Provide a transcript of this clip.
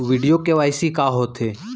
video KYC का होथे